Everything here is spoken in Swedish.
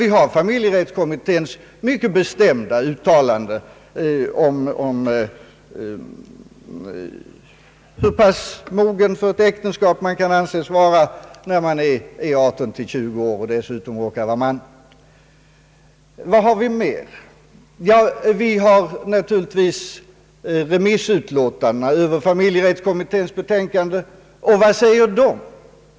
Vi har familjerättskommitténs mycket bestämda uttalande om hur pass mogen för äktenskap man kan anses vara när man är 18—20 år och dessutom råkar vara man. Vad har vi mer? Vi har naturligtvis remissutlåtandena över familjerättskommitténs betänkande. Och vad säger de?